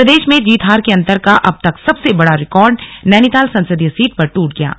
प्रदेश में जीत हार के अंतर का अब तक सबसे बड़ा रिकॉर्ड नैनीताल संसदीय सीट पर ट्रट गया है